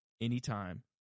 anytime